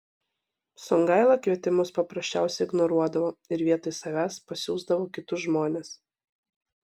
songaila kvietimus paprasčiausiai ignoruodavo ir vietoj savęs pasiųsdavo kitus žmones